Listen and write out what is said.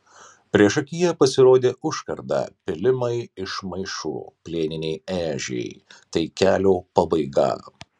priešakyje pasirodė užkarda pylimai iš maišų plieniniai ežiai tai kelio pabaiga